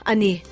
Ani